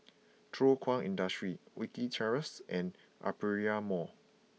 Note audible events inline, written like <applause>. <noise> Thow Kwang Industry Wilkie Terrace and Aperia Mall